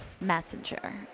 messenger